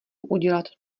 udělat